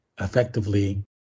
effectively